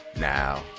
now